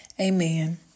Amen